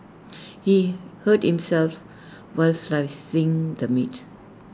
he hurt himself while slicing the meat